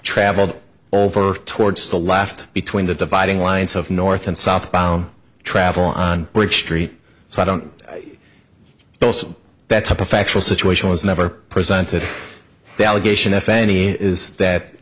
traveled over towards the left between the dividing lines of north and southbound travel on bridge street so i don't know that type of factual situation was never presented the allegation if any is that